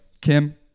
Kim